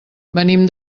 venim